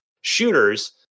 shooters